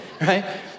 right